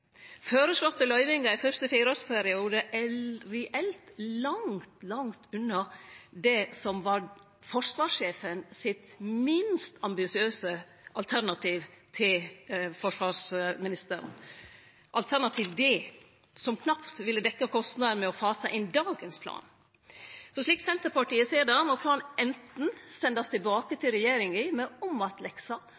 Føreslåtte løyvingar i første fireårsperiode er reelt langt, langt unna det som var forsvarssjefen sitt minst ambisiøse alternativ til forsvarsministeren – alternativ D, som knapt ville dekkje kostnader til å fase inn dagens plan. Slik Senterpartiet ser det, må planen anten sendast tilbake